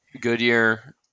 Goodyear